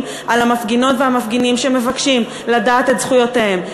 על המפגינות והמפגינים שמבקשים לדעת את זכויותיהם,